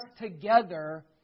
together